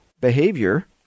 behavior